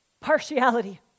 Partiality